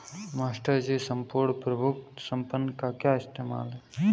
Master ji सम्पूर्ण प्रभुत्व संपन्न का क्या इस्तेमाल है?